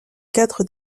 cadre